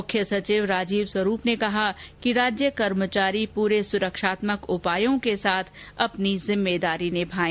मुख्य सचिव राजीव स्वरूप ने कहा कि राज्य कर्मचारी पूरे सुरक्षात्मक उपायों के साथ अपनी जिम्मेदारी निभाएं